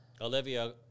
Olivia